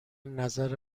نظر